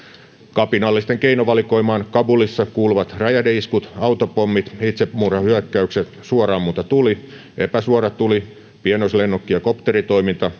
kapinallisten keinovalikoimaan kabulissa kuuluvat räjähdeiskut autopommit itsemurhahyökkäykset suora ammuntatuli epäsuora tuli pienoislennokki ja kopteritoiminta